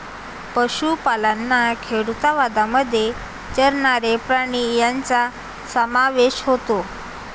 पशुपालन खेडूतवादामध्ये चरणारे प्राणी यांचा समावेश होतो